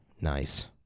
Nice